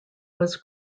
was